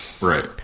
right